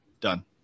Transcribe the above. done